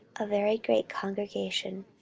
a very great congregation.